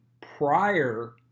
prior